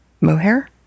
mohair